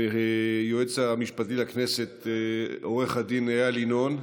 מהיועץ המשפטי לכנסת עו"ד איל ינון.